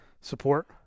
Support